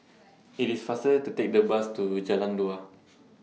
IT IS faster to Take The Bus to Jalan Dua